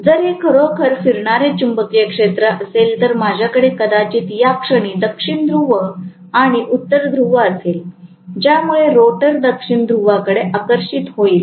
जर हे खरोखर फिरणारे चुंबकीय क्षेत्र असेल तर माझ्याकडे कदाचित याक्षणी दक्षिण ध्रुव आणि उत्तर ध्रुव असेल ज्यामुळे रोटर दक्षिण ध्रुवाकडे आकर्षित होईल